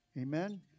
Amen